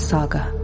Saga